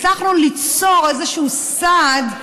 הצלחנו ליצור איזשהו סעד,